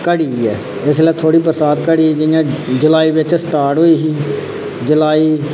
गै घटी ऐ इसलै बरसांत थोह्ड़ी घटी जि'यां जुलाई बिच्च स्टार्ट होई ही जुलाई